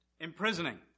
Imprisoning